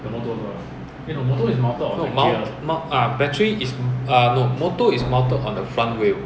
no mount mount battery is err no motor is mounted on the front wheel